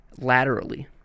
laterally